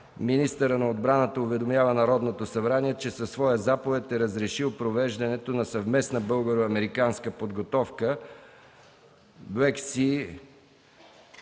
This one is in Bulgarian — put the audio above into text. министърът на отбраната уведомява Народното събрание, че със своя заповед е разрешил провеждането на съвместна българо-американска подготовка